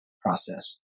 process